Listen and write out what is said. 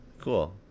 Cool